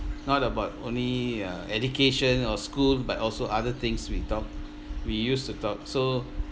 not about only uh education or school but also other things we talk we used to talk so